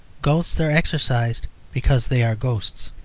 ghosts are exorcised because they are ghosts.